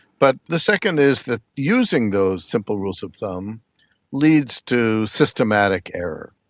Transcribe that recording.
but the second is that using those simple rules of thumb leads to systematic error,